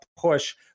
push